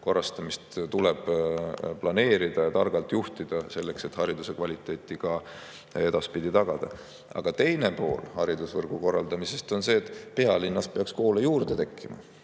korrastamist tuleb targalt planeerida ja juhtida. Hariduse kvaliteet tuleb ka edaspidi tagada. Aga teine pool haridusvõrgu korraldamisest on see, et pealinnas peaks koole juurde tekkima.